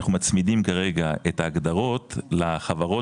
אנחנו מצמידים כרגע את ההגדרות לחברות